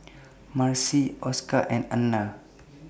Marcie Oscar and Anna